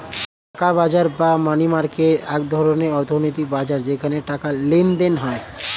টাকার বাজার বা মানি মার্কেট এক ধরনের অর্থনৈতিক বাজার যেখানে টাকার লেনদেন হয়